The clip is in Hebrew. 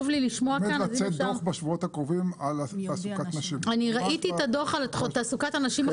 בשבועות הקרובים יצא דוח על תעסוקת נשים.